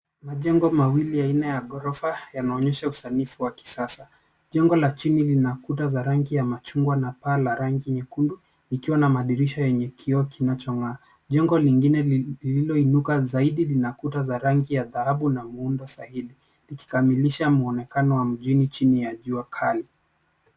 Majengo mawili aina ya ghorofa yanaonyesha usanifu wa kisasa. Jengo la chini lina kuta za rangi ya machungwa na paa la rangi nyekundu ikiwa na madirisha yenye kioo kinachong'aa. Jengo lingine lilioinuka zaidi lina kuta za rangi ya dhahabu na muundo sahili likikamilisha mwonekano wa mjini chini ya jua kali.